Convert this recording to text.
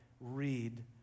read